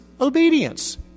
obedience